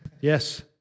Yes